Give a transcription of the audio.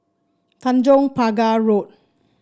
Tanjong Pagar Road